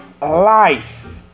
life